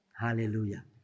Hallelujah